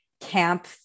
camp